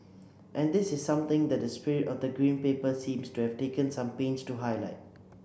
and this is something that the spirit of the Green Paper seems to have taken some pains to highlight